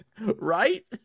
right